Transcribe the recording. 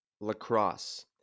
lacrosse